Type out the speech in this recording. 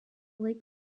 lake